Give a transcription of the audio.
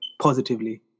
positively